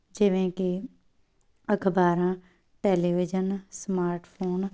ਜਿਵੇਂ ਕਿ ਅਖਬਾਰਾਂ ਟੈਲੀਵਿਜ਼ਨ ਸਮਾਰਟਫੋਨ